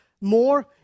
more